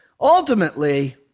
Ultimately